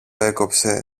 έκοψε